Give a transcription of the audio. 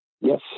Yes